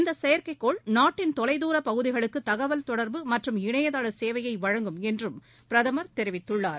இந்த செயற்கைக் கோள் நாட்டின் தொலைதூரப் பகுதிகளுக்கு தகவல் தொடர்பு மற்றும் இணையதள சேவையை வழங்கும் என்றும் பிரதமர் தெரிவித்துள்ளாார்